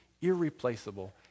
irreplaceable